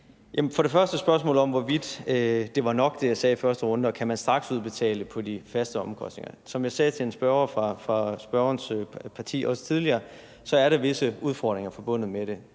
Først var der spørgsmålet om, hvorvidt det var nok, hvad jeg sagde i første runde, og om man kan straksudbetale for de faste omkostninger. Som jeg også tidligere sagde til en spørger fra spørgerens parti, er der visse udfordringer forbundet med det.